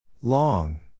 Long